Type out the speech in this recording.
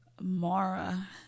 Mara